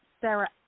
Sarah